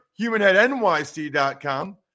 HumanheadNYC.com